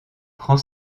prend